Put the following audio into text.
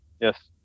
yes